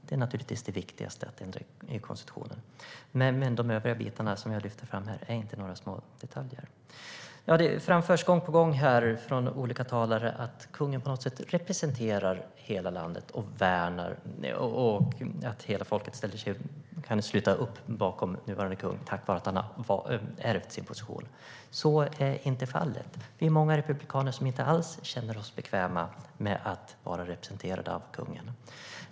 Det är naturligtvis det viktigaste att ändra i konstitutionen, men de övriga bitarna som jag lyfte fram här är inte några små detaljer. Det framförs gång på gång här från olika talare att kungen på något sätt representerar hela landet och att hela landet kan sluta upp bakom nuvarande kung tack vare att han har ärvt sin position. Så är inte fallet. Vi är många republikaner som inte alls känner oss bekväma med att vara representerade av kungen.